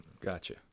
Gotcha